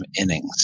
innings